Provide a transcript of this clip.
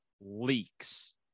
leaks